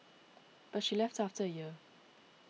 but she left after a year